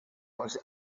was